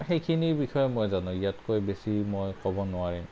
সেইখিনি বিষয়ে মই জানো ইয়াতকৈ বেছি মই ক'ব নোৱাৰিম